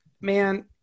Man